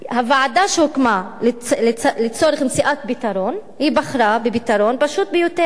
הוועדה שהוקמה לצורך מציאת פתרון בחרה בפתרון פשוט ביותר: